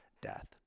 death